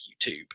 YouTube